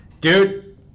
Dude